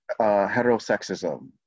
heterosexism